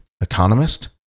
economist